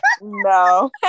No